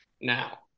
Now